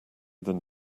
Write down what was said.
than